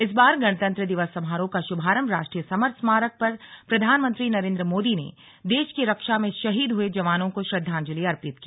इस बार गणतंत्र दिवस समारोह का शुभारंभ राष्ट्रीय समर स्मारक पर प्रधानमंत्री नरेन्द्र मोदी ने देश की रक्षा में शहीद हुए जवानों को श्रद्वांजलि अर्पित की